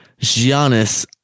giannis